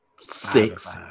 six